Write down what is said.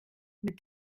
mit